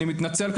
אני מתנצל,